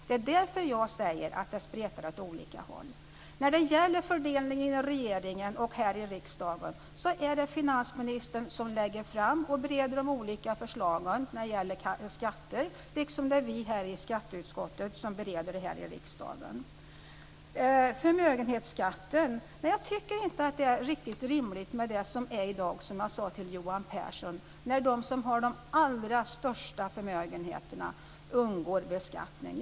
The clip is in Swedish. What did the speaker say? Det är därför jag säger att det spretar åt olika håll. När det gäller fördelningen inom regeringen och här i riksdagen kan jag säga att det är finansministern som lägger fram och bereder de olika förslagen när det gäller skatter, och det är vi i skatteutskottet som bereder dem här i riksdagen. Vad gäller förmögenhetsskatten kan jag säga att jag inte tycker att det är riktigt rimligt i dag, som jag sade till Johan Pehrson, när de som har de allra största förmögenheterna undgår beskattning.